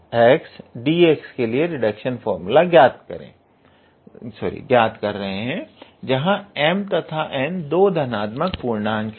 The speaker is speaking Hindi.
तो हम ∫𝑠𝑖𝑛𝑚𝑥𝑐𝑜𝑠𝑛𝑥dx के लिए रिडक्शन फार्मूला ज्ञात करें रहे हैं जहां की m तथा n दोनों धनात्मक पूर्णांक हैं